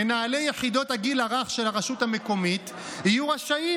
מנהלי יחידות הגיל הרך של הרשות המקומית יהיו רשאים